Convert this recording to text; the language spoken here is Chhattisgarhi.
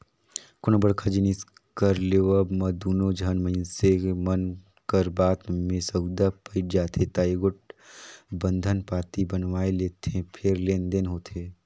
कोनो बड़का जिनिस कर लेवब म दूनो झन मइनसे मन कर बात में सउदा पइट जाथे ता एगोट बंधन पाती बनवाए लेथें फेर लेन देन होथे